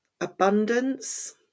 abundance